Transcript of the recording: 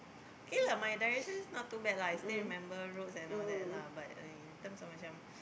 okay lah my direction is not too bad lah I still remember roads and all that lah but in in terms of macam